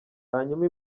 hanyuma